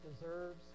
deserves